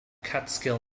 catskill